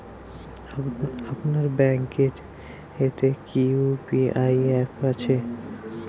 আপনার ব্যাঙ্ক এ তে কি ইউ.পি.আই অ্যাপ আছে?